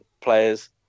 players